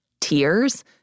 tears